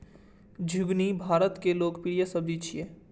झिंगुनी भारतक लोकप्रिय सब्जी छियै